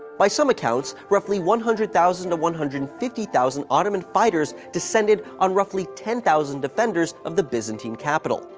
by some accounts, roughly one hundred thousand to one hundred and fifty thousand ottoman fighters descended on roughly ten thousand defenders of the byzantine capital.